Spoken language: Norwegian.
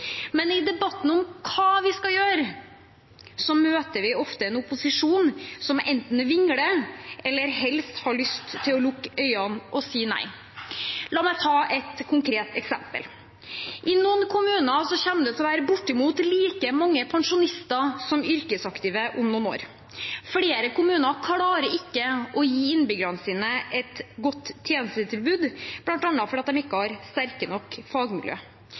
Men i debatten om hva vi skal gjøre, møter vi ofte en opposisjon som enten vingler eller har lyst til å lukke øynene og si nei. La meg ta et konkret eksempel: I noen kommuner kommer det til å være bortimot like mange pensjonister som yrkesaktive om noen år. Flere kommuner klarer ikke å gi innbyggerne sine et godt tjenestetilbud, bl.a. fordi de ikke har sterke nok fagmiljø.